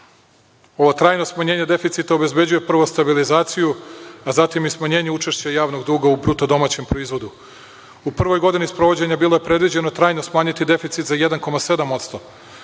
Ovo trajno smanjenje deficita obezbeđuje prvo stabilizaciju, a zatim i smanjenje učešće javnog duga u BDP. U prvoj godini sprovođenja bilo je predviđeno trajno smanjiti deficit za 1,7%.